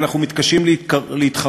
אנחנו מתקשים להתחרות,